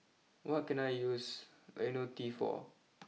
what can I use Ionil T for